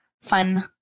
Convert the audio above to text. fun